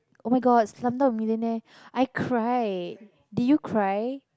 oh-my-god slumdog-millionaire I cried did you cry